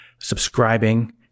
subscribing